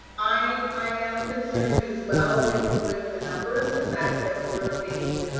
i i am concerned as well with, with the numbers, the fact that we're being,